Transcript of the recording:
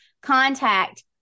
Contact